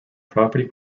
property